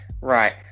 Right